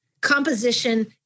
composition